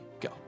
go